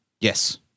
Yes